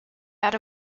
out